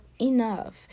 enough